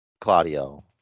Claudio